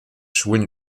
schulen